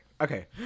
Okay